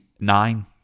nine